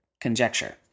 Conjecture